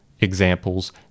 examples